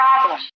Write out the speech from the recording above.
problem